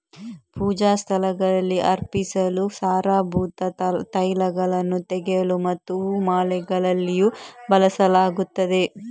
ಪೂಜಾ ಸ್ಥಳಗಳಲ್ಲಿ ಅರ್ಪಿಸಲು, ಸಾರಭೂತ ತೈಲಗಳನ್ನು ತೆಗೆಯಲು ಮತ್ತು ಹೂ ಮಾಲೆಗಳಲ್ಲಿಯೂ ಬಳಸಲಾಗುತ್ತದೆ